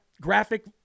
graphic